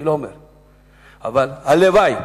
אבל הלוואי